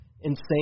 insane